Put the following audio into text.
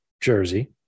Jersey